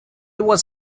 was